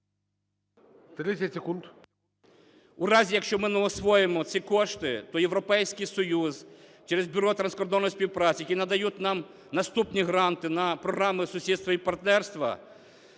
У разі, якщо ми не освоїмо ці кошти, то Європейський Союз через Бюро транскордонної співпраці, які надають нам наступні гранти на програми сусідства і партнерства,